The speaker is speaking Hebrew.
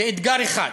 לאתגר אחד,